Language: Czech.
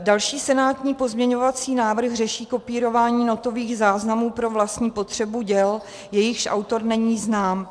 Další senátní pozměňovací návrh řeší kopírování notových záznamů pro vlastní potřebu u děl, jejichž autor není znám.